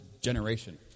generation